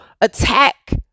attack